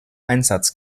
einsatz